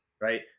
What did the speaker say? right